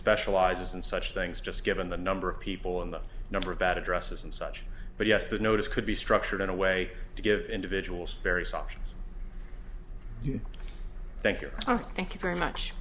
specializes in such things just given the number of people and the number of bad addresses and such but yes the notice could be structured in a way to give individuals various options you thank you thank you very much